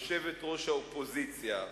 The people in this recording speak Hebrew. יושבת-ראש האופוזיציה,